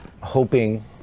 hoping